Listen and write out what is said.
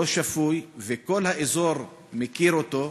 לא שפוי, וכל האזור מכיר אותו.